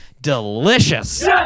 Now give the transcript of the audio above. delicious